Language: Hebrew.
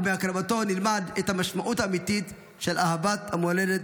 ומהקרבתו נלמד את המשמעות האמיתית של אהבת המולדת.